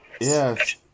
Yes